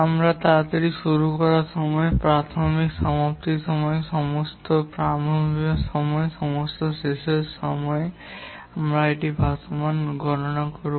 আমরা তাড়াতাড়ি শুরুর সময় প্রাথমিকতম সমাপ্তির সময় সর্বশেষ প্রারম্ভকালীন সময় সর্বশেষ শেষের সময় এবং ভাসমানটি গণনা করব